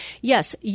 Yes